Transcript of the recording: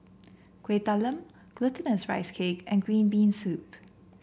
Kueh Talam Glutinous Rice Cake and Green Bean Soup